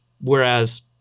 whereas